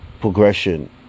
progression